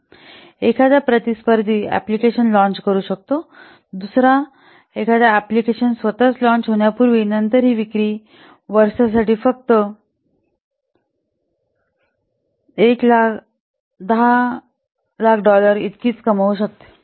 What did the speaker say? तथापि एखादा प्रतिस्पर्धी अँप्लिकेशन लॉन्च करू शकतो दुसरा एखादा अँप्लिकेशन स्वतःच लॉन्च होण्यापूर्वी आणि नंतर ही विक्री वर्षासाठी फक्त 100000 डॉलर इतकीच कमवू शकते